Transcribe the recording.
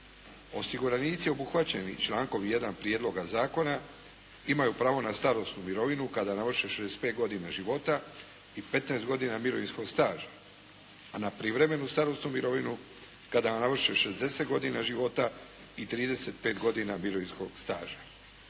Osiguranici obuhvaćeni člankom 1. prijedloga zakona imaju pravo na starosnu mirovinu kada navrše 65 godina života i 15 godina mirovinskog staža, a na privremenu starosnu mirovinu kada navrše 60 godina života i 35 godina mirovinskog staža.